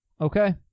Okay